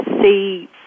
see